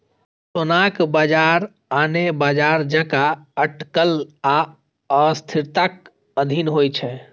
सोनाक बाजार आने बाजार जकां अटकल आ अस्थिरताक अधीन होइ छै